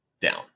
down